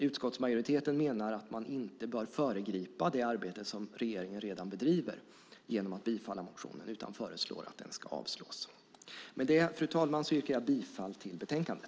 Utskottsmajoriteten menar att man inte bör föregripa det arbete som regeringen redan bedriver genom att bifalla motionen utan föreslår att den ska avslås. Fru talman! Med det yrkar jag bifall till förslaget i betänkandet.